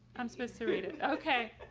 i'm supposed to read it. okay.